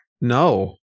No